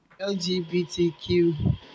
LGBTQ